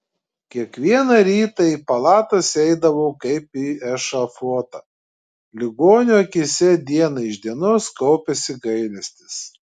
kiekvieną rytą į palatas eidavau kaip į ešafotą ligonių akyse diena iš dienos kaupėsi gailestis